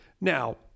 now